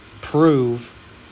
prove